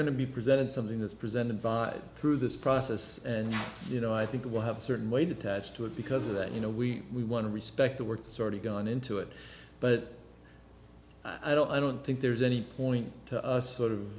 going to be presented something that's presented by through this process and you know i think it will have a certain weight attached to it because of that you know we we want to respect the work that's already gone into it but i don't i don't think there's any point to us sort of